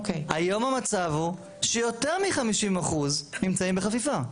היום המצב הוא שיותר מ-50% נמצאים בחפיפה.